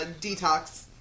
detox